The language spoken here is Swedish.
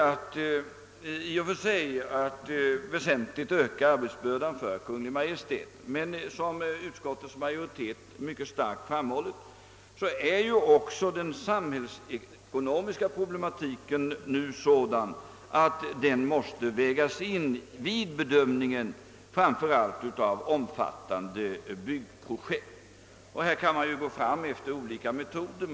Avsikten är ju inte att väsentligt öka arbetsbördan för Kungl. Maj:t, men såsom utskottets majoritet mycket starkt framhållit är den samhällsekonomiska problematiken nu sådan, att den måste vägas in vid bedömningen av framför allt omfattande byggprojekt. Därvidlag kan man gå fran efter olika metoder.